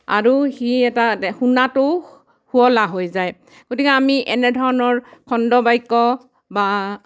আৰু সি এটা শুনাতো সুৱলা হৈ যায় গতিকে আমি এনেধৰণৰ খণ্ডবাক্য বা